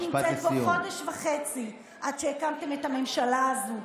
אני נמצאת פה חודש וחצי עד שהקמתם את הממשלה הזו,